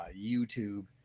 YouTube